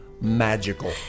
magical